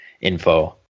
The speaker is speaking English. info